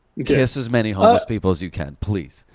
kiss as many homeless people as you can, please.